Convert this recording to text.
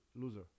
loser